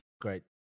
Great